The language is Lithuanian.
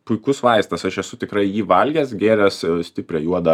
puikus vaistas aš esu tikrai jį valgęs gėręs stiprią juodą